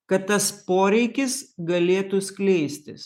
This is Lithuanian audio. kad tas poreikis galėtų skleistis